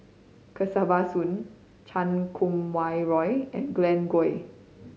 Kesavan Soon Chan Kum Wah Roy and Glen Goei